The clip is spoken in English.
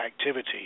activity